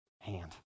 hand